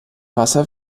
wasser